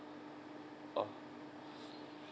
ah